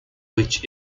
which